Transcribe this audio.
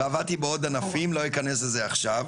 ועברתי בעוד ענפים, לא אכנס לזה עכשיו.